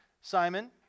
Simon